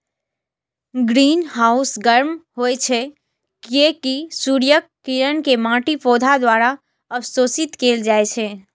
greenhouse गर्म होइ छै, कियैकि सूर्यक किरण कें माटि, पौधा द्वारा अवशोषित कैल जाइ छै